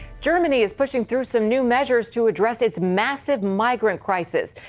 germany is pushing through some new measures to address its massive migrant crisis.